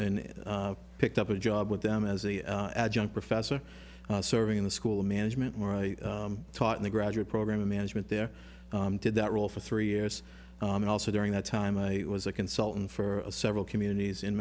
in picked up a job with them as a adjunct professor serving in the school of management where i taught in the graduate program of management there did that role for three years and also during that time i was a consultant for several communities in